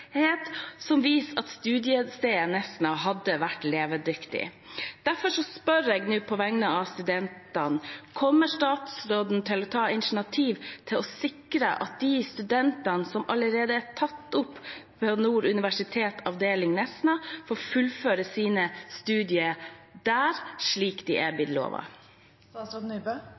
som viser at studiestedet Nesna hadde vært levedyktig. Derfor spør jeg nå på vegne av studentene: Kommer statsråden til å ta initiativ til å sikre at de studentene som allerede er tatt opp ved Nord universitet avdeling Nesna, får fullføre sine studier der, slik de er